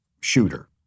shooter